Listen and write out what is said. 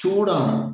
ചൂടാണ്